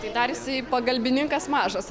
tai dar jisai pagalbininkas mažas